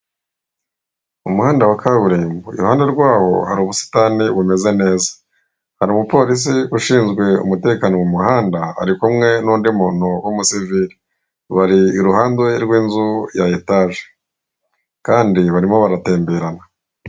Umuhanda wa kaburimbo, iruhande rwaho hari ubusitani bumeze neza, hari umupolisi ushinzwe umutekano mu muhanda, ari kumwe n'undi muntu w'umusivile, bari iruhande rw'inzu ya etaje, kandi barimo baratemberana.